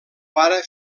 pare